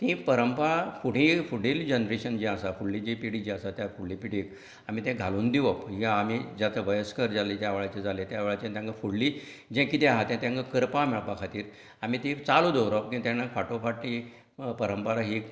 ती परंपरां फुडें फुडेल जनरेशन जें आसा फुडली जी पिडी आसा त्या फुडलें पिडयेंक आमी ते घालून दिवप जे आमी ज्या ज्या वयस्कर ज्या वेळाचेर जालें तेकां फुडली जे कितें आसा तें तेंका करपाक मेळपा खातीर आमी ती चालू दवरप हे तेन्ना फाटोफाट ती परंपरा ही